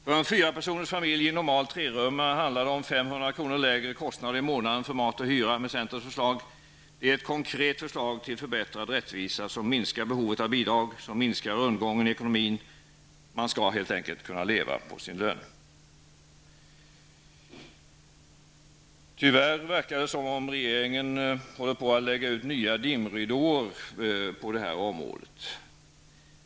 För en fyrapersonersfamilj i en normal trerummare handlar det om 500 kr. lägre kostnader per månad för mat och hyra, med centerns förslag. Det är ett konkret förslag till förbättrad rättvisa. Det minskar behovet av bidrag, och det minskar rundgången i ekonomin. Man skall helt enkelt kunna leva på sin lön. Tyvärr verkar det som om regeringen tänker lägga ut nya dimridåer på detta område.